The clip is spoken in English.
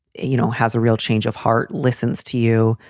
you know, has a real change of heart, listens to you,